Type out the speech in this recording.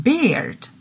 Beard